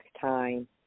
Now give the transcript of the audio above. time